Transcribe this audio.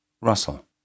Russell